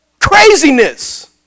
Craziness